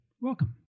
Welcome